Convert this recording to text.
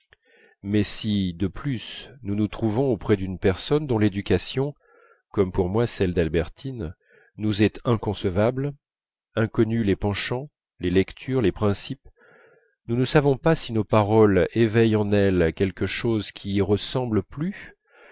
mais si de plus nous nous trouvons auprès d'une personne dont l'éducation comme pour moi celle d'albertine nous est inconcevable inconnus les penchants les lectures les principes nous ne savons pas si nos paroles éveillent en elle quelque chose qui y ressemble plus